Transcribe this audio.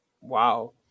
wow